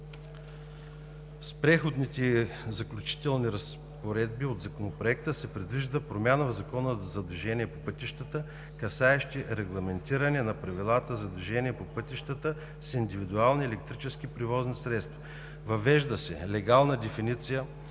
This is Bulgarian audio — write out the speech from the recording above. С Преходните и заключителни разпоредби от Законопроекта се предвижда промяна в Закона за движението по пътищата, касаеща регламентиране на правилата за движението по пътищата с индивидуални електрически превозни средства. Въвежда се легална дефиниция